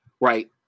right